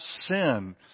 sin